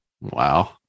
Wow